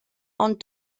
ond